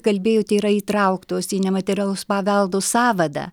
kalbėjote yra įtrauktos į nematerialaus paveldo sąvadą